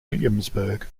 williamsburg